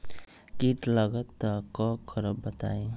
कीट लगत त क करब बताई?